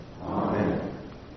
Amen